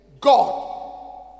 God